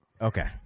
Okay